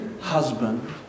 husband